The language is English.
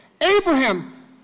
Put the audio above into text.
Abraham